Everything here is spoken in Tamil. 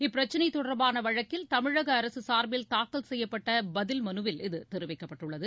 இப்பிரச்னை தொடர்பான வழக்கில் தமிழக அரசு சார்பில் தாக்கல் செய்யப்பட்ட பதில் மனுவில் இது தெரிவிக்கப்பட்டுள்ளது